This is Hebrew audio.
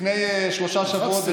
לפני שלושה שבועות,